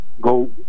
go